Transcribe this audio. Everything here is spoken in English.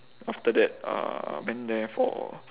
after that uh went there for